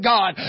God